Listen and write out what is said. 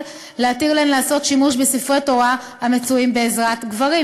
להתיר להן לעשות שימוש בספרי תורה המצויים בעזרת גברים,